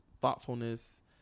thoughtfulness